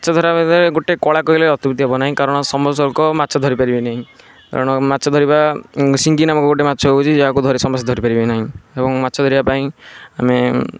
ମାଛ ଗୋଟେ କଳା କହିଲେ ଅତ୍ୟୁକ୍ତି ହେବନାହିଁ କାରଣ ମାଛ ଧରିପାରିବେ ନାହିଁ କାରଣ ମାଛଧରିବା ଶିଙ୍ଗି ନାମକ ଗୋଟେ ମାଛ ହଉଛି ଯାହାକୁ ସମସ୍ତେ ଧରିପାରିବେ ନାହିଁ ଏବଂ ମାଛ ଧରିବାପାଇଁ ଆମେ